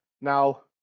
now